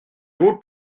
vous